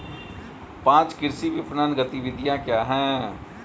पाँच कृषि विपणन गतिविधियाँ क्या हैं?